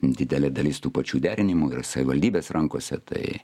didelė dalis tų pačių derinimų yra savivaldybės rankose tai